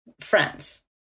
Friends